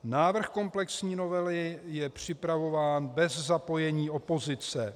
Návrh komplexní novely je připravován bez zapojení opozice.